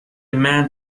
man